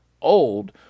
old